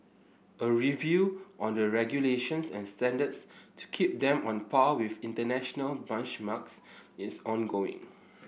a review on the regulations and standards to keep them on a par with international benchmarks is ongoing